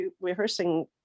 rehearsing